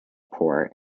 port